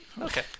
okay